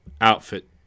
outfit